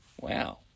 wow